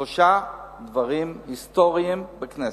שלושה דברים היסטוריים בכנסת: